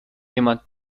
jemand